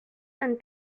and